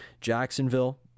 Jacksonville